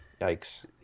Yikes